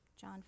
John